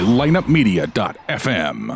lineupmedia.fm